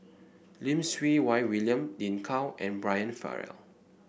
Lim Siew Wai William Lin Gao and Brian Farrell